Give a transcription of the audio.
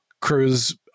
Cruise